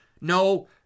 no